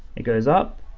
it goes up,